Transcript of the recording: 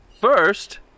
First